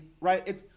right